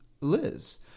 Liz